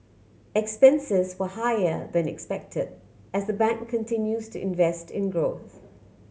expenses were higher than expected as the bank continues to invest in growth